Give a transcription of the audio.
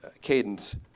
Cadence